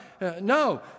No